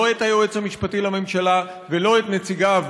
לא את היועץ המשפטי לממשלה ולא את נציגיו,